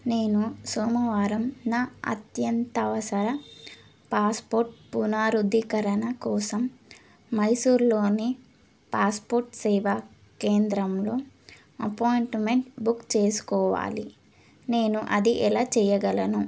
నేను సోమవారం న అత్యవసర పాస్పోర్ట్ పునరుద్ధీకరణ కోసం మైసూర్లోని పాస్పోర్ట్ సేవా కేంద్రంలో అపాయింట్మెంట్ బుక్ చేసుకోవాలి నేను అది ఎలా చేయగలను